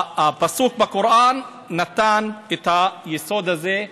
הפסוק בקוראן נתן את היסוד הזה: